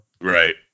right